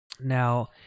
Now